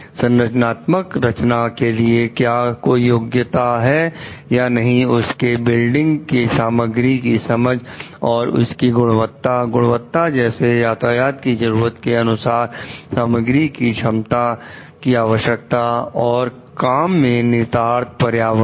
संरचनात्मक रचना के लिए क्या कोई योग्यता है या नहीं उसके बिल्डिंग की सामग्री की समझ और उसकी गुणवत्ता गुणवत्ता जैसे यातायात की जरूरत के अनुसार सामग्री की क्षमता की आवश्यकता और काम के निहितार्थ पर्यावरण